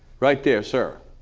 right there, sir.